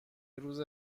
روز